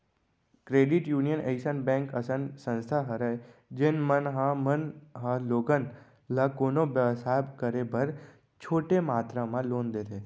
credit union अइसन bank असन संस्था हरय जेन मन ह मन ह लोगन ल कोनो बेवसाय करे बर छोटे मातरा म लोन देथे